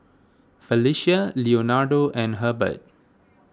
Felicia Leonardo and Hebert